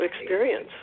experience